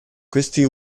questi